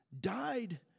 died